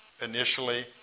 initially